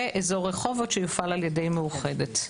ואזור רחובות שיופעל על ידי מאוחדת.